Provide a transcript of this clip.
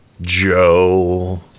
Joe